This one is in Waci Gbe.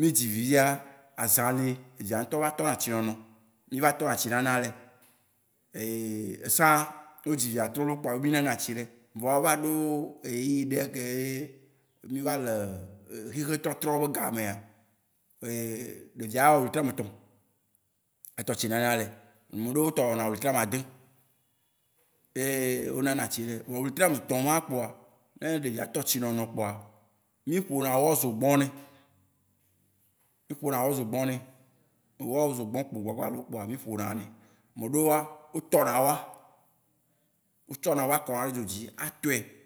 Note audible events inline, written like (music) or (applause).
mí dzi vi fia, azã li evia ntɔ va tɔ na tsi nono. Mí va tɔ na tsi nana lae. (hesitation) sã, ne wodzi via trolo kpoa, mi nana tsi lae. Vɔa eva ɖo ɣeyiɣi ɖea keye mí va le xexe trɔtrɔ be gamea, (hesitation) ɖevia awɔ ɣletri ame tɔ, wóa tɔ tsi nana lae. Ame ɖewo tɔ wɔna ɣletri ame ade, eye wó nana tsi lae. Vɔa ɣletri ame tɔ má kpoa, ne ɖevia tɔ tsi nono kpoa, mí ƒo na wɔ zogbɔn nɛ. Mí ƒo na wɔ zogbɔn nɛ. Ewɔ zogbɔn kpo gbagbalo kpoa mí ƒo na ne. Ame ɖewoa, wó tɔ na wɔa. Wó tsɔ na wɔa kɔna ɖe dzo dzi atɔɛ.